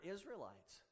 Israelites